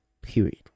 Period